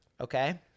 Okay